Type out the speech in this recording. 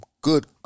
good